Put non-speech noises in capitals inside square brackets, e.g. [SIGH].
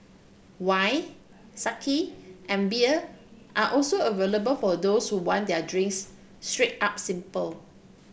wine [UNINTELLIGIBLE] and beer are also available for those who want their drinks straight up simple